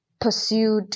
pursued